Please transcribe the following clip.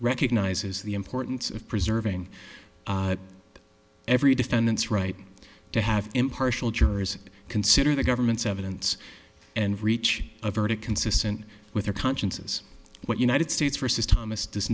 recognizes the importance of preserving every defendant's right to have impartial jurors consider the government's evidence and reach a verdict consistent with their consciences what united states versus thomas